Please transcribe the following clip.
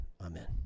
Amen